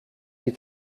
hier